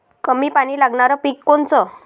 कमी पानी लागनारं पिक कोनचं?